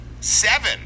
seven